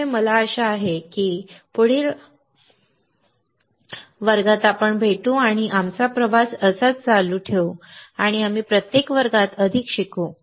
त्यामुळे मला आशा आहे की मी तुम्हाला पुढील वर्गात भेटू आणि आम्ही आमचा प्रवास चालू ठेवू आणि आम्ही प्रत्येक वर्गात अधिक शिकू